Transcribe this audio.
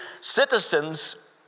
citizens